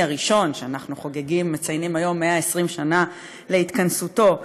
הראשון" שאנחנו מציינים היום 120 שנה להתכנסותו,